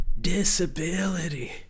disability